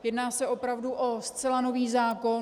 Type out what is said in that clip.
Jedná se opravdu o zcela nový zákon.